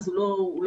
הוא לא ישב.